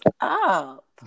up